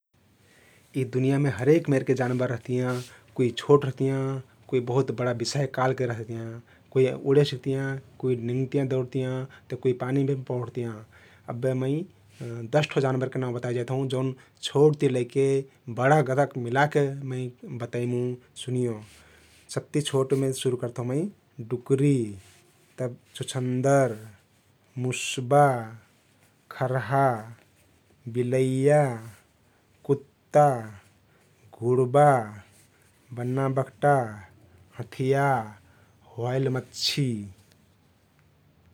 यि दुनिया मे हरेक मेरके जानबर रहतियाँ । कुइ छोट रहतियाँ कुइ बहुत बडा विशाय कायके रहतियाँ । कुइ उडे सक्तियाँ कुइ निंग्तियाँ दउरतियाँ त कुइ पानीमे पोंढतियाँ अब्बे मइ दश ठो जानबर नाउँ बताइ जाइत हउँ जउन छोट ति लइके बडा मिलाके मइ बतइमु सुनियो । सबति छोटमे शुरु करत हउँ मइ । डुकरी तब छुछन्दर, मुस्बा, खरहा, बिलइया, कुत्ता, घुड्बा, बन्ना बघटा, हँथिया, ह्वाइल मछ्छि ।